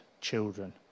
children